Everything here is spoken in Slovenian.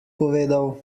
povedal